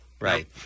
Right